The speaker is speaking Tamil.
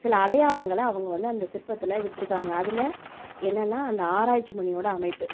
சில அடையாளங்களை அவங்க வந்து அந்த சிற்பத்தில் விட்டிருக்காங்க அதில் என்னென்னா அந்த ஆராய்ச்சி மணியோட அமைப்பு